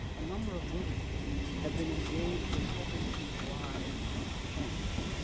a number of women have been engaged in helping to drive change,